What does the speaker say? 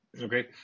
Okay